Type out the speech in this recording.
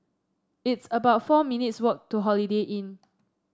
it's about four minutes walk to Holiday Inn